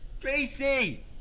Tracy